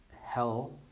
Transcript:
hell